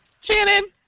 Shannon